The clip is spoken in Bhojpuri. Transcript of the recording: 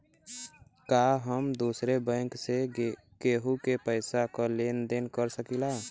का हम दूसरे बैंक से केहू के पैसा क लेन देन कर सकिला?